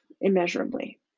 immeasurably